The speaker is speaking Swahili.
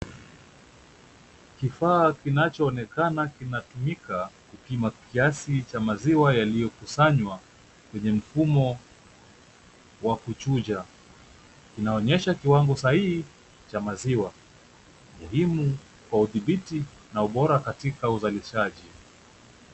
Kifaa kinachoonekana kinatumika kupima kiasi cha maziwa yaliyokusanywa kwenye mfumo wa kuchuja. Inaonyesha kiwango sahihi cha maziwa, muhimu kwa udhibiti na ubora katika uzalishaji.